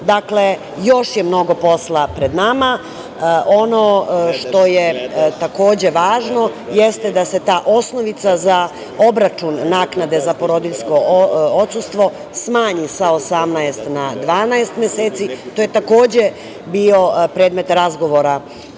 radu, i još je mnogo posla pred nama. Ono što je važno, da se osnovica za obračun naknade za porodiljsko odsustvo smanji sa 18 na 12 meseci i to je takođe bio predmet razgovora